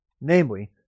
namely